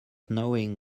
knowing